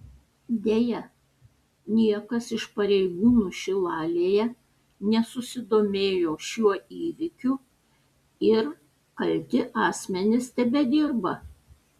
deja niekas iš pareigūnų šilalėje nesusidomėjo šiuo įvykiu ir kalti asmenys tebedirba